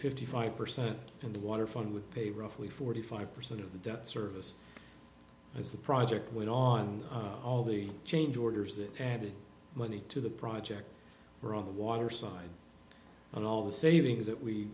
fifty five percent and the waterfront would pay roughly forty five percent of the debt service as the project went on all the change orders that added money to the project were on the water side and all the savings that we